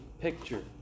picture